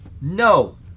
No